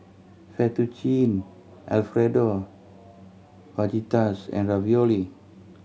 Fettuccine Alfredo Fajitas and Ravioli